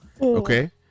okay